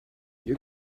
you